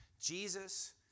Jesus